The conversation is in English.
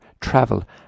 travel